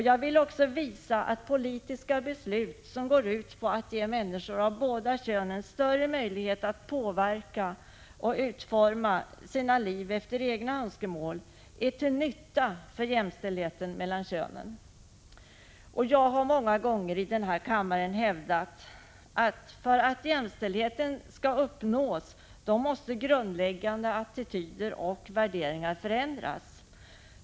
Jag vill också visa att politiska beslut som går ut på att ge människor av båda könen större möjlighet att påverka och utforma sina liv efter egna önskemål är till nytta för jämställdheten mellan könen. Jag har många gånger i denna kammare hävdat att för att jämställdhet skall uppnås måste grundläggande attityder och värderingar förändras.